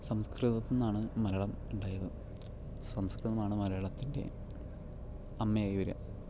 സംസ്കൃതത്തിൽ നിന്നാണ് മലയാളം ഉണ്ടായത് സംസ്കൃതം ആണ് മലയാളത്തിൻ്റെ അമ്മയായി വരിക